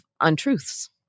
untruths